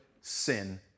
sin